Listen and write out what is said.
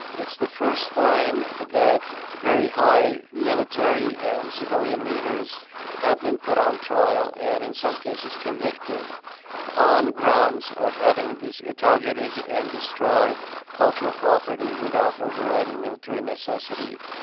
it's the first time that very high military and civilian leaders have been put on trial, and in some cases convicted on grounds of having targeted and destroyed cultural property without overriding military necessity.